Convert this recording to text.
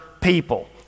people